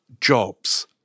jobs